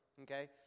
okay